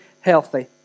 healthy